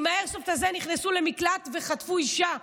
עם האיירסופט הזה נכנסו למקלט וחטפו אישה,